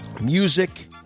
music